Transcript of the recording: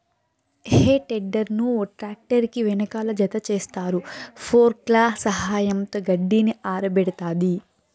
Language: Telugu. హే టెడ్డర్ ను ట్రాక్టర్ కి వెనకాల జతచేస్తారు, ఫోర్క్ల సహాయంతో గడ్డిని ఆరబెడతాది